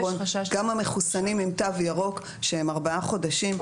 גם המחוסנים עם תו ירוק שהם ארבעה חודשים,